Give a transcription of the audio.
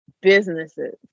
businesses